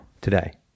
today